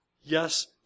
yes